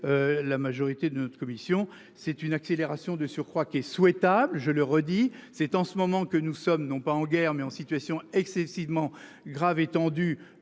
La majorité de notre commission c'est une accélération de surcroît qu'est souhaitable, je le redis, c'est en ce moment que nous sommes non pas en guerre mais en situation excessivement grave étendue